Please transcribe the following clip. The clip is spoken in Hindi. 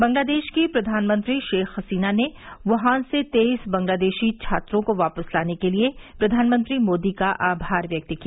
बंगलादेश की प्रधानमंत्री शेख हसीना ने वुहान से तेईस बंगलादेशी छात्रों को वापिस लाने के लिए प्रधानमंत्री मोदी का आभार व्यक्त किया